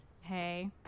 Hey